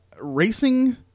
racing